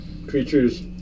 creatures